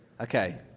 Okay